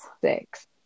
six